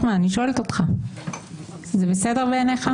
זה בסדר בעיניך?